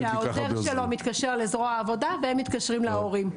שהעוזר שלו מתקשר לזרוע העבודה והם מתקשרים להורים.